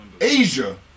Asia